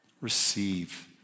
Receive